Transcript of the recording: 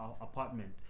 apartment